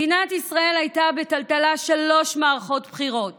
מדינת ישראל הייתה בטלטלה שלוש מערכות בחירות